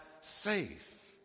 safe